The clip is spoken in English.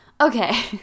Okay